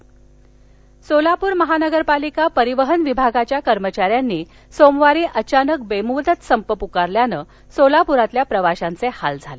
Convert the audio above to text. संप सोलापर सोलापर महानगरपालिका परिवहन विभागाच्या कर्मचाऱ्यांनी सोमवारी अचानक बेमदत संप पुकारल्यान सोलापुरातील प्रवाशांचे हाल झाले